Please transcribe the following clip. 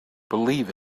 believe